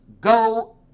go